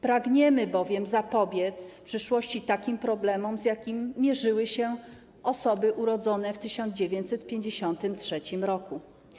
Pragniemy bowiem zapobiec w przyszłości takim problemom, z jakim mierzyły się osoby urodzone w 1953 r.